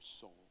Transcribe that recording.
soul